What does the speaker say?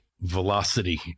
velocity